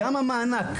גם המענק,